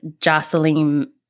Jocelyn